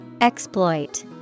exploit